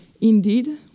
Indeed